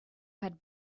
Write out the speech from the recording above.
had